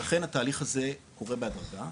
ולכן התהליך הזה עובר בהדרגה,